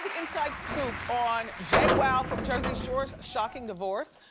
inside scoop on jwoww from jersey shore's shocking divorce,